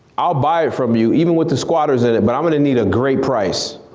i'll buy it from you even with the squatters in it, but i'm gonna need a great price.